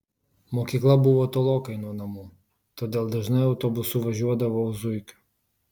mokykla buvo tolokai nuo namų todėl dažnai autobusu važiuodavau zuikiu